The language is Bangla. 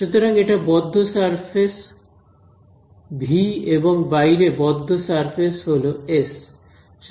সুতরাং এটা বদ্ধ সারফেস ভি এবং বাইরে বদ্ধ সারফেস হল এস